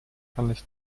hannes